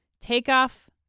Takeoff